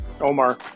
Omar